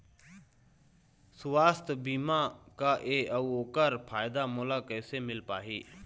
सुवास्थ बीमा का ए अउ ओकर फायदा मोला कैसे मिल पाही?